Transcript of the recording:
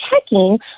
checking